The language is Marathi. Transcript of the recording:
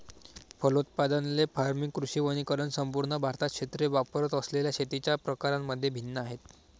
फलोत्पादन, ले फार्मिंग, कृषी वनीकरण संपूर्ण भारतात क्षेत्रे वापरत असलेल्या शेतीच्या प्रकारांमध्ये भिन्न आहेत